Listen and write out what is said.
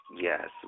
Yes